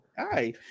hi